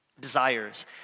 desires